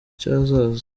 cy’ahazaza